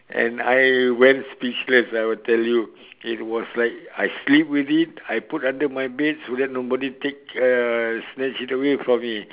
and I went speechless I will tell you it was like I sleep with it I put under my bed so then nobody take uh snatch it away from me